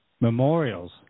memorials